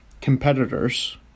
competitors